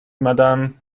madam